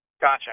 Gotcha